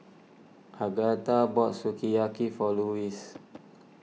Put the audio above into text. Agatha bought Sukiyaki for Lewis